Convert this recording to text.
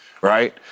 right